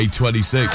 A26